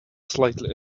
slightly